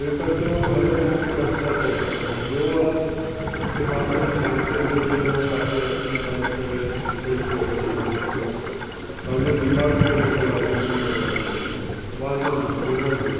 इहे त थियो हलो कसरत अचे असांखे ॿियों आहे तव्हां कॾहिं शांतीअ में विही रहो काथे अखियूं बंदि करे हिकु ई पोज़ीशन में तव्हांजो दिमाग़ चंचल आहे घुमंदो रहंदो वांदो न आहे घुमणु ॾियो